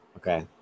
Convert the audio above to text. Okay